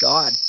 God